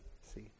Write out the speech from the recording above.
see